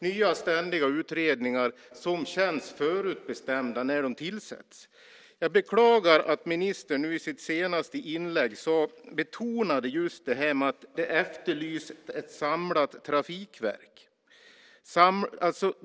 Det är ständigt nya utredningar som känns förutbestämda när de tillsätts. Jag beklagar att ministern i sitt senaste inlägg betonade att det efterlyses ett samlat trafikverk.